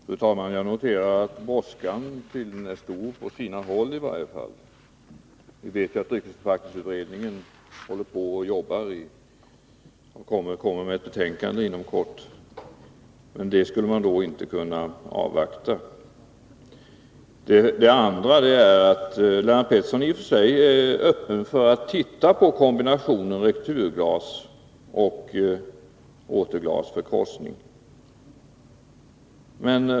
Fru talman! Jag noterar att brådskan tydligen är stor i varje fall på sina håll. Jag vet att dryckesförpackningsutredningen håller på att arbeta och kommer med ett betänkande inom kort. Skall man då inte kunna avvakta det? Lennart Pettersson är i och för sig öppen för kombinationen av returglas och återglas för krossning.